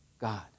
God